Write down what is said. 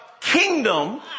kingdom